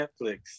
Netflix